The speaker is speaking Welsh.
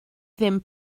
ddim